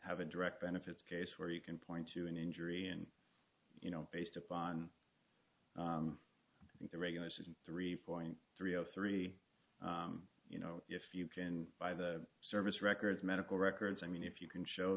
have a direct benefits case where you can point to an injury and you know based upon the regular season three point three zero three you know if you can by the service records medical records i mean if you can show